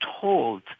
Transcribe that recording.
told